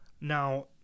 Now